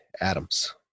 Adams